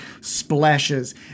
splashes